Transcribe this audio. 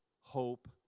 hope